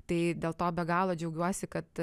tai dėl to be galo džiaugiuosi kad